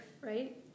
right